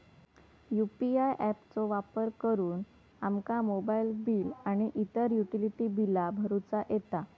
UPI app चो वापर करुन आमका मोबाईल बिल आणि इतर युटिलिटी बिला भरुचा येता